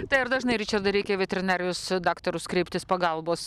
tai ar dažnai ričardai reikia į veterinarijos daktarus kreiptis pagalbos